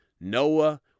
Noah